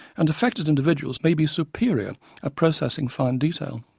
and affected individuals may be superior at processing fine detail.